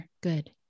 Good